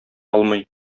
алмый